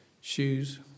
shoes